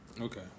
Okay